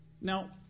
Now